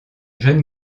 jeune